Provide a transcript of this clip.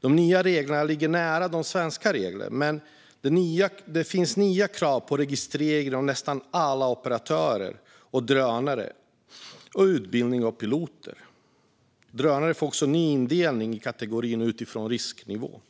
De nya reglerna ligger nära de svenska reglerna, men det blir nya krav på registrering av nästan alla operatörer och drönare och på utbildning av piloter. Drönare får också en ny indelning i kategorier utifrån risknivå.